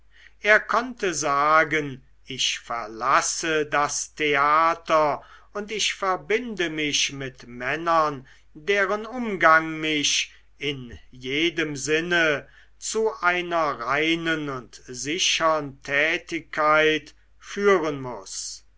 er konnte sagen ich verlasse das theater und verbinde mich mit männern deren umgang mich in jedem sinne zu einer reinen und sichern tätigkeit führen muß